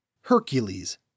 Hercules